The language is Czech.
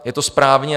Je to správně.